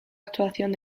actuación